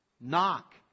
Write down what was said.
knock